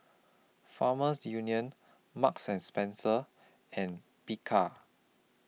Farmers Union Marks and Spencer and Bika